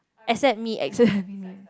except me as a